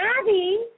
Abby